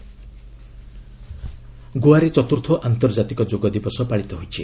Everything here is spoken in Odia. ଗୋଆ ଯୋଗ ଡେ ଗୋଆରେ ଚତ୍ର୍ଥ ଆନ୍ତର୍କାତିକ ଯୋଗ ଦିବସ ପାଳିତ ହୋଇଛି